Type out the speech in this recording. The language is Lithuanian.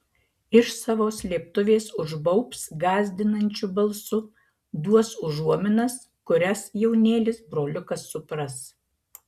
iš savo slėptuvės užbaubs gąsdinančiu balsu duos užuominas kurias jaunėlis broliukas supras